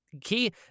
Key